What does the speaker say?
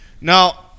Now